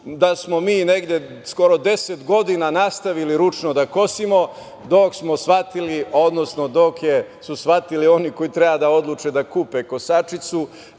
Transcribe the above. da smo mi negde skoro deset godina nastavili ručno da kosimo dok smo shvatili, odnosno dok su shvatili oni koji treba da oduče da kupe kosačicu,